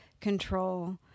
control